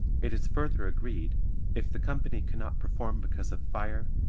it is further agreed if the company cannot perform because of fire,